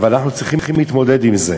אבל אנחנו צריכים להתמודד עם זה.